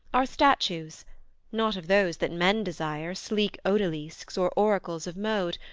our statues not of those that men desire, sleek odalisques, or oracles of mode,